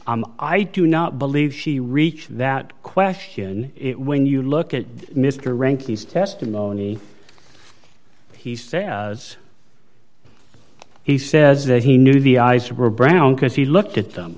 she i do not believe she reached that question when you look at mr rankin is testimony he said as he says that he knew the eyes were brown because he looked at them